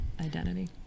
identity